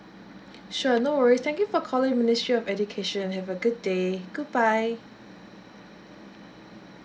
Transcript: sure no worries thank you for calling ministry of education have a good day goodbye